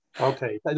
Okay